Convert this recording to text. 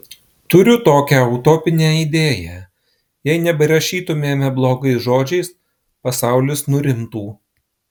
turiu tokią utopinę idėją jei neberašytumėme blogais žodžiais pasaulis nurimtų